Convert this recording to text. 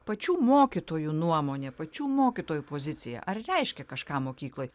pačių mokytojų nuomonė pačių mokytojų pozicija ar reiškia kažką mokykloj